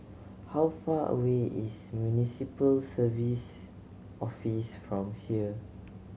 how far away is Municipal Service Office from here